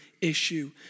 issue